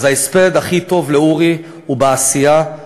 אז, ההספד הכי טוב לאורי הוא בעשייה.